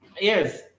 Yes